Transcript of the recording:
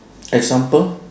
example